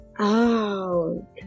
out